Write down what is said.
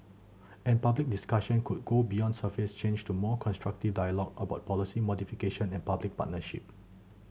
and public discussion could go beyond surface change to more constructive dialogue about policy modification and public partnership